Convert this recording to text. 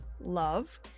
Love